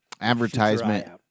advertisement